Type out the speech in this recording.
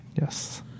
Yes